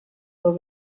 del